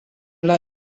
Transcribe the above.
la